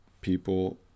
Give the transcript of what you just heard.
people